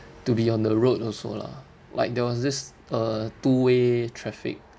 to be on the road also lah like there was this uh two way traffic